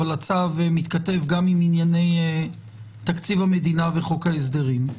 אבל הצו מתכתב גם עם ענייני תקציב המדינה וחוק ההסדרים.